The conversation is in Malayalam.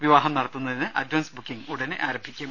വിവാഹം നടത്തുന്നതിന് അഡ്വാൻസ് ബുക്കിങ് ഉടനെ ആരംഭിക്കും